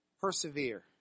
persevere